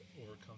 overcome